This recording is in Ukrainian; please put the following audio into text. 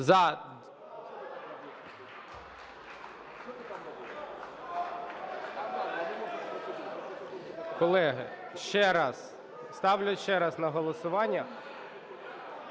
Колеги, ще раз, ставлю ще раз на голосування.